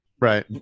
right